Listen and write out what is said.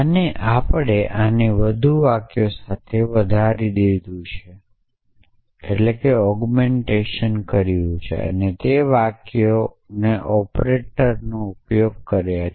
અને આપણે આને વધુ વાક્યો સાથે વધારી દીધું છે અને તે વાક્યો ઓપરેટરનો ઉપયોગ કરી રહ્યા છે